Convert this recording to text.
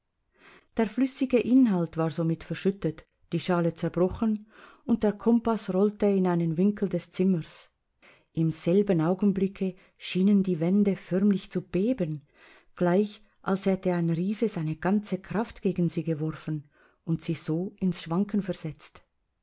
der flüssige inhalt war somit verschüttet die schale zerbrochen und der kompaß rollte in einen winkel des zimmers im selben augenblicke schienen die wände förmlich zu beben gleich als hätte ein riese seine ganze kraft gegen sie geworfen und sie so ins schwanken versetzt